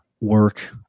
work